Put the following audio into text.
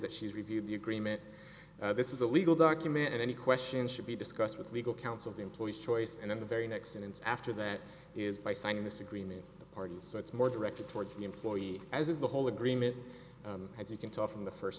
that she's reviewed the agreement this is a legal document and any question should be discussed with legal counsel to employees choice and then the very next sentence after that is by signing this agreement so it's more directed towards the employee as is the whole agreement as you can tell from the first